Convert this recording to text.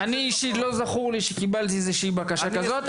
אני אישית לא זכור לי שקיבלתי איזו בקשה כזאת,